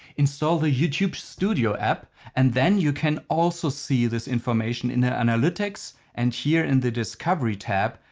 install the youtube studio app and then you can also see this information in analytics. and here in the discovery tab,